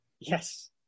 yes